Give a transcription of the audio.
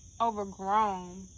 Overgrown